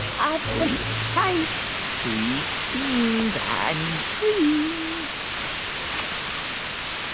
ah sleep tight, sweet beans i mean, dreams what in